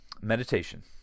meditation